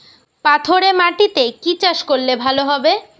পাথরে মাটিতে কি চাষ করলে ভালো হবে?